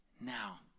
now